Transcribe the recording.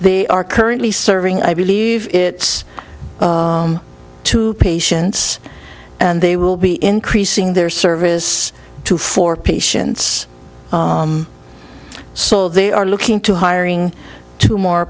they are currently serving i believe it's two patients and they will be increasing their service to four patients so they are looking to hiring two more